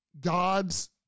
God's